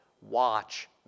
Watch